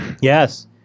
Yes